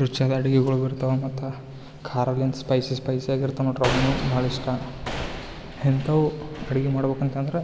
ರುಚಿಯಾಗಿ ಅಡ್ಗಿಗಳ್ ಇರ್ತಾವ ಮತ್ತು ಖಾರದಿಂದ ಸ್ಪೈಸಿ ಸ್ಪೈಸಿಯಾಗಿ ಇರ್ತವೆ ನೋಡ್ರಿ ಭಾಳ್ ಇಷ್ಟ ಇಂಥವ್ ಅಡಿಗೆ ಮಾಡಬೇಕಂತಂದ್ರ